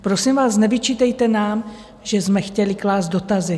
Prosím vás, nevyčítejte nám, že jsme chtěli klást dotazy.